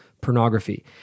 pornography